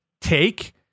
take